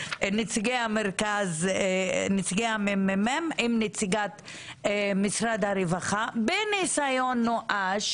נציגי המ.מ.מ עם נציגת משרד הרווחה בניסיון נואש